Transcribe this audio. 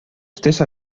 stessa